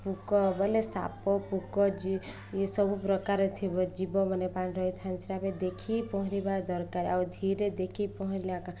ପୁକ ବୋଲେ ସାପ ପୋକ ଇଏ ସବୁ ପ୍ରକାର ଥିବ ଜୀବ ମନେ ପାଣି ରହିଥାନ୍ତି ସେ ଏବେ ଦେଖି ପହଁରିବା ଦରକାର ଆଉ ଧୀରେ ଦେଖିକି ପହଁରିବା